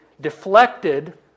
deflected